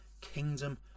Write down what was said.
kingdom